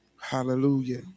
Hallelujah